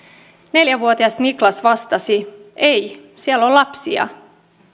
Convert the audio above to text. neljävuotias niklas vastasi ei siellä on lapsia